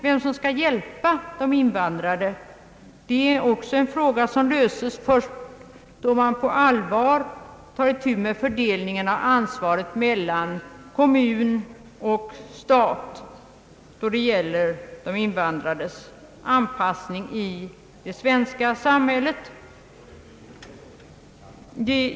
Vem som skall hjälpa de invandrade är också en fråga som löses först då man på allvar tar itu med fördelningen av ansvaret mellan kommun och stat beträffande de invandrades anpassning i det svenska samhället.